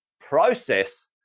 process